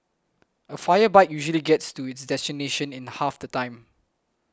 a fire bike usually gets to its destination in half the time